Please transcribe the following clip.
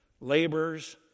Labors